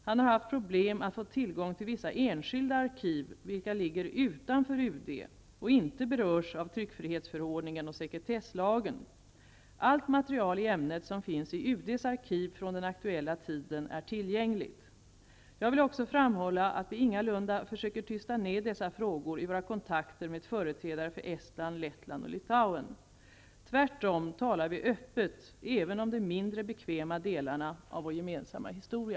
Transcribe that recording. Han har haft problem att få tillgång till vissa enskilda arkiv, vilka ligger utanför UD och inte berörs av tryckfrihetsförordningen och sekretesslagen. Allt material i ämnet som finns i UD:s arkiv från den aktuella tiden är tillgängligt. Jag vill också framhålla att vi ingalunda försöker tysta ned dessa frågor i våra kontakter med företrädare för Estland, Lettland och Litauen. Tvärtom talar vi öppet även om de mindre bekväma delarna av vår gemensamma historia.